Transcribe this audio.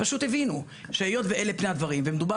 פשוט הבינו שהיות שאלה פני הדברים ומדובר